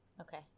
Okay